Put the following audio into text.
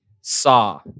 saw